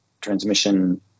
transmission